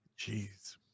Jeez